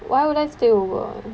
why would I stay over